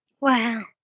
Wow